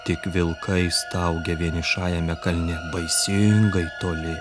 tik vilkai staugia vienišajame kalne baisingai toli